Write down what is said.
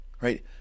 Right